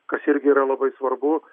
kas irgi yra labai svarbu